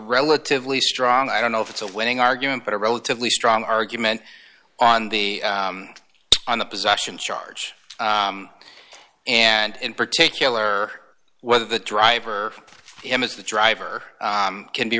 relatively strong i don't know if it's a winning argument but a relatively strong argument on the on the possession charge and in particular whether the driver image the driver can be